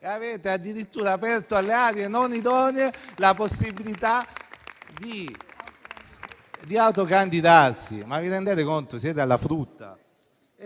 avete addirittura aperto alle aree non idonee la possibilità di autocandidarsi. Ma vi rendete conto? Siete alla frutta.